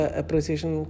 appreciation